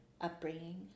upbringing